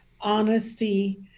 honesty